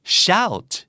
shout